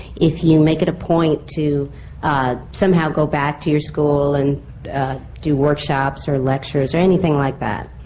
if you make it a point to somehow go back to your school and do workshops or lectures or anything like that?